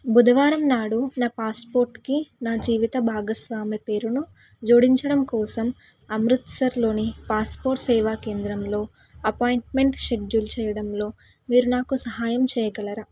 బుధవారం నాడు నా పాస్పోర్ట్కి నా జీవిత భాగస్వామి పేరును జోడించడం కోసం అమృత్సర్లోని పాస్పోర్ట్ సేవా కేంద్రంలో అపాయింట్మెంట్ షెడ్యూల్ చేయడంలో మీరు నాకు సహాయం చేయగలరా